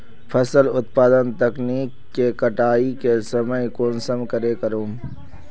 फसल उत्पादन तकनीक के कटाई के समय कुंसम करे करूम?